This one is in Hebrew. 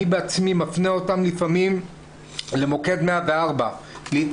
אני עצמי מפנה אותם לפעמים למוקד 104 להתקשר,